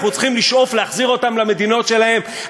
אנחנו צריכים לשאוף להחזיר אותם למדינות שלהם.